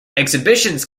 exhibitions